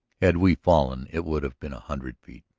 had we fallen it would have been a hundred feet,